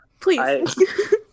please